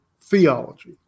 theology